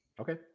Okay